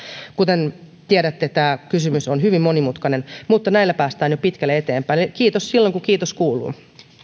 kuten tiedätte tämä kysymys on hyvin monimutkainen mutta näillä päästään jo pitkälle eteenpäin eli kiitos silloin kun kiitos kuuluu